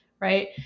right